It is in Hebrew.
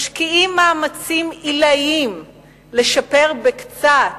משקיעים מאמצים עילאיים לשפר בקצת